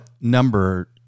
number